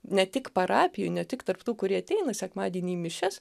ne tik parapijoj ne tik tarp tų kurie ateina sekmadienį į mišias